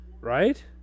Right